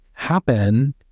happen